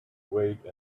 wait